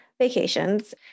vacations